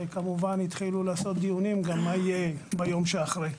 וכמובן החלו לעשות דיונים לגבי מה יהיה ביום שאחרי.